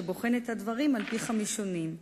שבוחן את הדברים על-פי חמישונים.